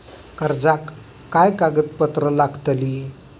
कर्जाक काय कागदपत्र लागतली?